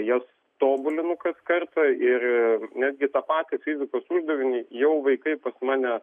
jas tobulinu kas kartą ir netgi tą patį fizikos uždavinį jau vaikai pas mane